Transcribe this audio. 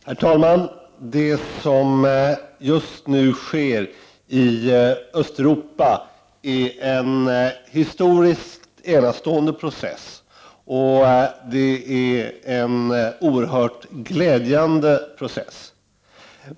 Herr talman! Det som just nu sker i Östeuropa är en historiskt enastående process, och det är en oerhört glädjande process.